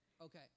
Okay